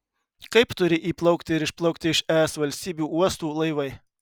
kaip turi įplaukti ir išplaukti iš es valstybių uostų laivai